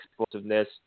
explosiveness